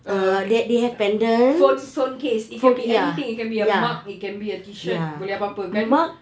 err phone phone case it can be anything it can be a mug it can be a t-shirt boleh apa-apa kan